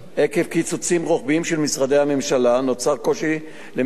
עקב קיצוצים רוחביים במשרדי הממשלה נוצר קושי למשטרת